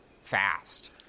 fast